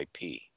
ip